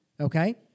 okay